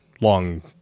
long